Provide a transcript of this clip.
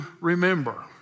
remember